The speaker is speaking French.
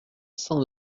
saint